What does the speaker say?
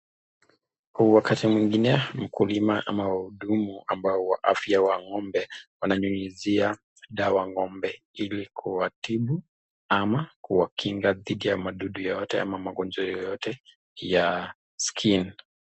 Wakati mwingine mkulima ama wahudumu ambao wa afya wa ng'ombe wananyunyizia dawa ng'ombe ili kuwatibu ama kuwakinga dhidi ya wadudu wowote ama magonjwa yoyote ya skin .